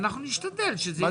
אנחנו נשתדל שזה יסתיים מהר.